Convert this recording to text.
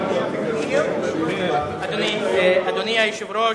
אדוני היושב-ראש,